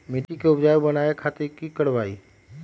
मिट्टी के उपजाऊ बनावे खातिर की करवाई?